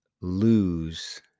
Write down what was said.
lose